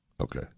Okay